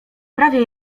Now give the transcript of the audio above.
prawie